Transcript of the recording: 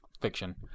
fiction